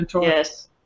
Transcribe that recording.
yes